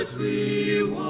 the